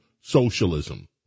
socialism